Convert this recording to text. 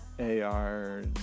ar